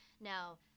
now